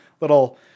little